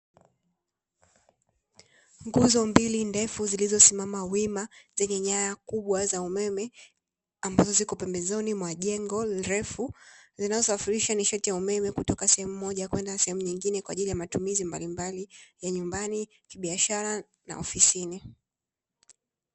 Nguzo mbili ndefu zilizosimama wima, zenye nyaya kubwa za umeme, ambazo ziko pembezoni mwa jengo refu, zinazosafirisha nishati ya umeme kutoka sehemu moja kwenda nyingine, kwa ajili ya matumizi mbalimbali, ya nyumbani, kibiashara na maofisini.